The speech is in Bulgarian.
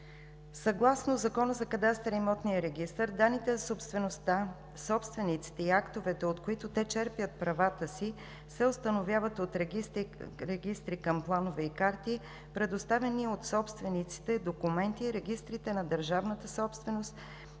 Съгласно Закона за кадастъра и имотния регистър данните за собствеността, собствениците и актовете, от които те черпят правата си, се установяват от регистри към планове и карти, предоставени от собствениците документи, регистрите на държавната собственост,